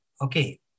Okay